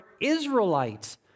Israelites